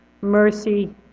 mercy